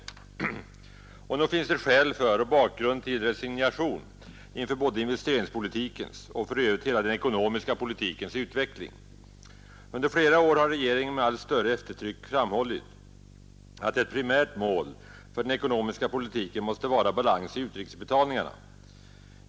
Och nog finns det skäl för och bakgrund till resignation inför både investeringspolitikens och för övrigt hela den ekonomiska politikens utveckling. Under flera år har regeringen med allt större eftertryck framhållit, att ett primärt mål för den ekonomiska politiken måste vara balans i utrikesbetalningarna.